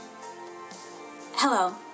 Hello